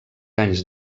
anys